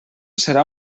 serà